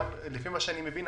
לפי מה שאני מבין,